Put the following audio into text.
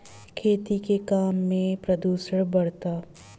खेती के काम में प्रदूषण बढ़ता